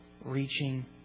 reaching